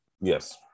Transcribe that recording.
Yes